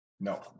No